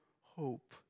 hope